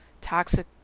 toxic